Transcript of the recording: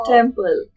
Temple